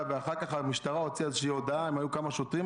ואחת הדרישות של העתירה או לבטל את התקנות,